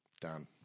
Done